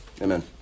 Amen